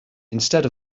instead